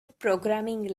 programming